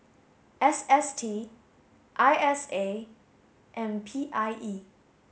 S S T I S A and P I E